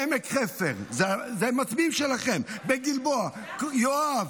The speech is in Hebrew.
בעמק חפר אלה מצביעים שלכם, בגלבוע, יואב,